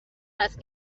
است